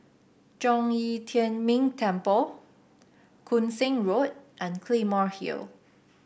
Zhong Yi Tian Ming Temple Koon Seng Road and Claymore Hill